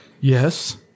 yes